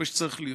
כמו שצריך להיות.